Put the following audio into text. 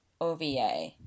OVA